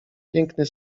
piękny